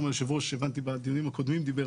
שגם היושב-ראש דיבר על זה בדיונים הקודמים,